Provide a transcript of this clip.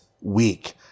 week